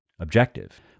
Objective